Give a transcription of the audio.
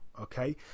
Okay